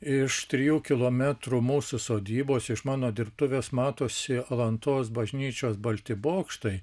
iš trijų kilometrų mūsų sodybos iš mano dirbtuvės matosi alantos bažnyčios balti bokštai